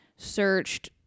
searched